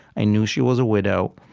i knew she was a widow,